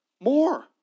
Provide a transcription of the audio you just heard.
more